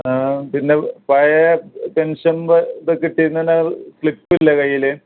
പിന്നെ പഴയ പെൻഷന്റെ ഇത് കിട്ടിയിരുന്ന സ്ലിപ്പ് ഇല്ലെ കയ്യിൽ